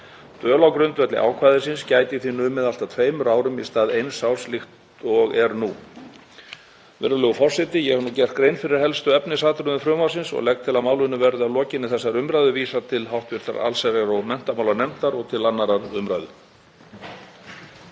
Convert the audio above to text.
Dvöl á grundvelli ákvæðisins gæti því numið allt að tveimur árum í stað eins árs líkt og er nú. Virðulegur forseti. Ég hef nú gert grein fyrir helstu efnisatriðum frumvarpsins og legg til að málinu verði að lokinni þessari umræðu vísað til hv. allsherjar- og menntamálanefndar og til 2. umr.